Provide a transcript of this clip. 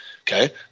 okay